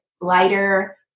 lighter